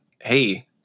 hey